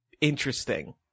interesting